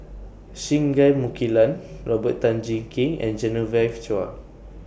Singai Mukilan Robert Tan Jee Keng and Genevieve Chua